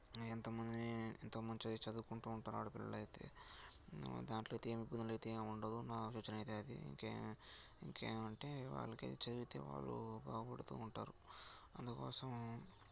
ఎంతో మంది ఎంతో మంది చదువుకుంటూ ఉంటారు ఆడపిల్లలైతే దాంట్లో ఇబ్బందులైతే ఏమి ఉండవు నా ఆలోచనైతే అది ఇంకే ఇంకేమంటే వాళ్ళకే చదివితే వాళ్ళు బాగుపడుతు ఉంటారు అందుకోసం